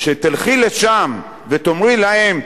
שתלכי לשם ותאמרי להם,